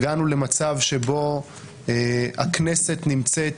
הגענו למצב שבו הכנסת נמצאת